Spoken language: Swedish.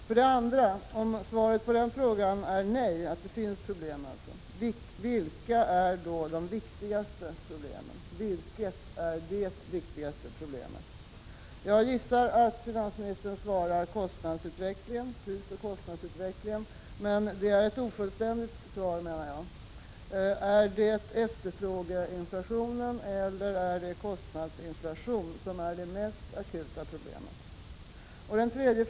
För det andra: Om svaret på frågan är nej, vilket är då det viktigaste problemet? Jag gissar att finansministern svarar prisoch kostnadsutvecklingen, men det är ett ofullständigt svar. Är det efterfrågeinflation eller kostnadsinflation som är det mest akuta problemet?